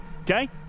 Okay